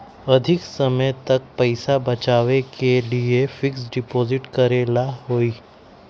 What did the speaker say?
अधिक समय तक पईसा बचाव के लिए फिक्स डिपॉजिट करेला होयई?